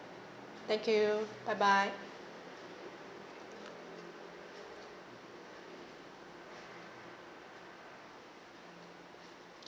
thank you bye bye